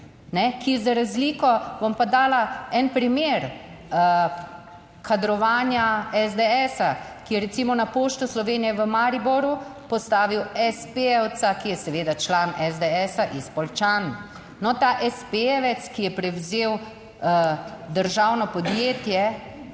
ki za razliko, bom pa dala en primer kadrovanja SDS-a, ki je recimo na Pošto Slovenije v Mariboru postavil s. p.-jevca, ki je seveda član SDS-a, iz Poljčan. No, ta s. p.-jevec, ki je prevzel državno podjetje